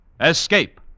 Escape